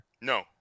No